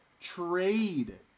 trade